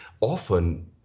often